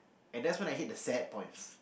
and that's when I hit the sad points